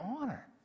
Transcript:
honor